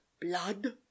Blood